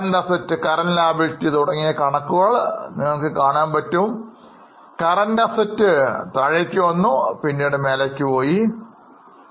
നിലവിലെ ആസ്തികൾ കുറയുകയും പിന്നീട് ഉയരുകയും ചെയ്തു